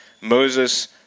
Moses